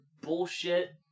bullshit